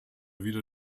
wieder